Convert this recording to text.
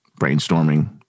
brainstorming